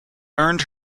earned